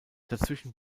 dazwischen